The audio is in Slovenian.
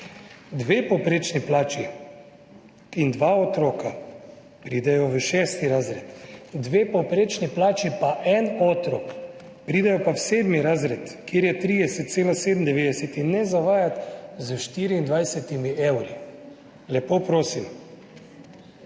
Dve povprečni plači in dva otroka, pridejo v šesti razred, dve povprečni plači pa en otrok, pridejo pa v sedmi razred, kjer je 30,97 in ne zavajati s 24 evri, lepo prosim.